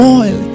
oil